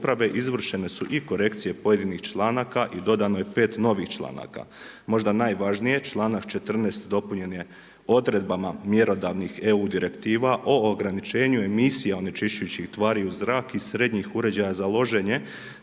izvršene su i korekcije pojedinih članaka i dodano je pet novih članaka. Možda najvažnije, članak 14. dopunjen je odredbama mjerodavnih EU direktiva o ograničenju emisija onečišćujućih tvari u zrak i srednjih uređaja za loženje